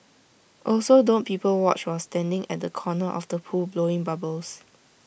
also don't people watch while standing at the corner of the pool blowing bubbles